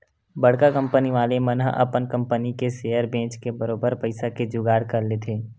बड़का कंपनी वाले मन ह अपन कंपनी के सेयर बेंच के बरोबर पइसा के जुगाड़ कर लेथे